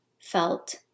felt